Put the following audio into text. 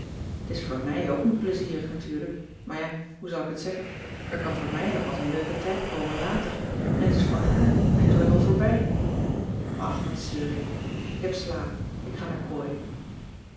t is voor mij ook niet plezierig natuurlijk maar ja hoe zal ik het zeggen er kan voor mij nog wat een leuke tijd komen later en t is voor haar eigenlijk al voorbij och wat zeur ik ik heb slaap ik ga naar kooi